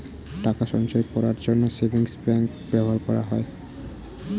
টাকা সঞ্চয় করার জন্য সেভিংস ব্যাংক ব্যবহার করা হয়